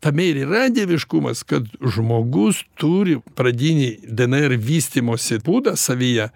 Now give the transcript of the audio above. tame ir yra dieviškumas kad žmogus turi pradinį dnr vystymosi būdą savyje